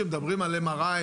כשמדברים על MRI,